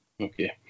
Okay